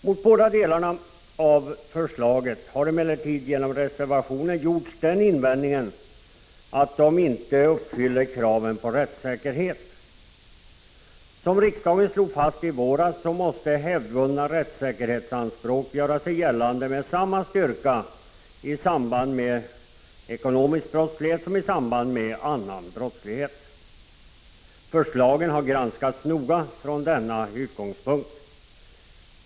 Mot båda delarna av förslaget har emellertid genom reservationerna gjorts den invändningen att de inte uppfyller kraven på rättssäkerhet. Som riksdagen slog fast i våras måste hävdvunna rättssäkerhetsanspråk göra sig gällande med samma styrka vid ekonomisk brottslighet som vid annan brottslighet. Förslagen har granskats noga från denna utgångspunkt.